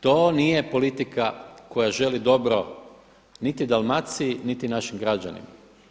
To nije politika koja želi dobro niti Dalmaciji niti našim građanima.